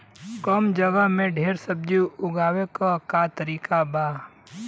कम जगह में ढेर सब्जी उगावे क का तरीका ह?